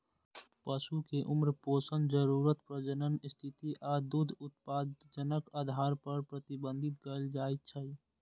पशु कें उम्र, पोषण जरूरत, प्रजनन स्थिति आ दूध उत्पादनक आधार पर प्रबंधित कैल जाइ छै